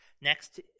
Next